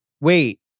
wait